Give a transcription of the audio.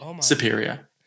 Superior